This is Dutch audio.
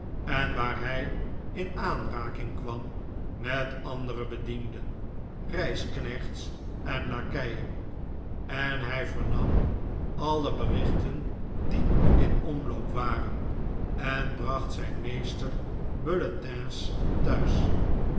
en waar hij in aanraking kwam met andere bedienden reisknechts en lakeien en hij vernam alle berichten die in omloop waren en bracht zijn meester bulletins thuis